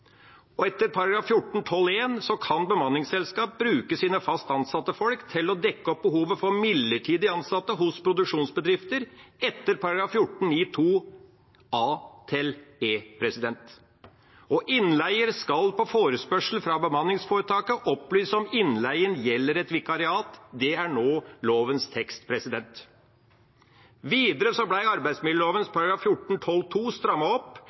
14-12. Etter § 14-12 kan bemanningsselskap bruke sine fast ansatte folk til å dekke opp behovet for midlertidig ansatte hos produksjonsbedrifter etter § 14- 9 a-e. «Innleier skal på forespørsel fra bemanningsforetaket opplyse om innleien gjelder et vikariat.» Det er nå lovens tekst. Videre ble arbeidsmiljøloven § 14-12 strammet opp,